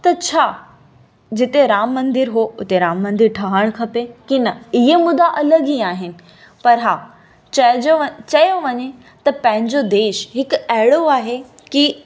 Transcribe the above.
त छा जिते राम मंदरु हो उते राम मंदरु ठहणु खपे कि न ईअं मुदा अलॻि ई आहिनि पर हा चइजो व चयो वञे त पंहिंजो देश हिकु अहिड़ो आहे कि